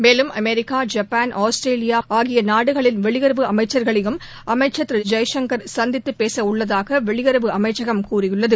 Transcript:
மேலும் America Japan மற்றும் Australia ஆகிய நாடுகளின் வெளியுறவு அமைச்சர்களையும் அமைச்சர் திரு ஜெய்சங்கர் சந்தித்து பேசவுள்ளதாக வெளியறவு அமைச்சகம் தெரிவித்துள்ளது